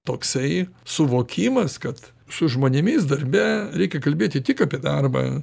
toksai suvokimas kad su žmonėmis darbe reikia kalbėti tik apie darbą